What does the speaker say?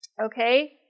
Okay